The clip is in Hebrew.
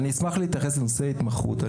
אשמח להתייחס לנושא ההתמחות.